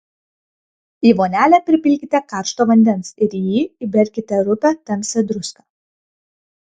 į vonelę pripilkite karšto vandens ir į jį įberkite rupią tamsią druską